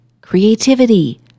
creativity